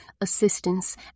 assistance